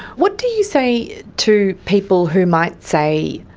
what do you say to people who might say,